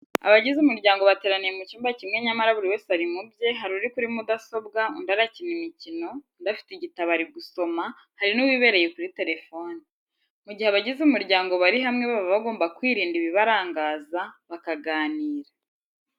Abagize umuryango bateraniye mu cyumba kimwe nyamara buri wese ari mu bye, hari uri kuri mudasobwa, undi arakina imikino, undi afite igitabo ari gusoma, hari n'uwibereye kuri telefoni. Mu gihe abagize umuryango bari hamwe baba bagomba kwirinda ibibarangaza bakaganira.